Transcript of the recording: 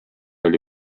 oli